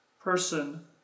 person